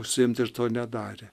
užsiimt ir to nedarė